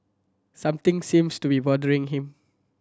something seems to be bothering him